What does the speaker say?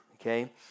okay